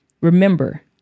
Remember